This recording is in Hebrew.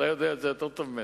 אתה יודע את זה יותר טוב ממני.